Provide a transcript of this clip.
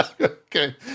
Okay